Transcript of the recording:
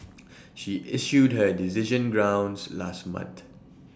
she issued her decision grounds last month